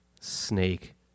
snake